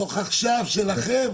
דוח עכשיו שלכם,